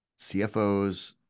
CFOs